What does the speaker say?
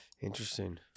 Interesting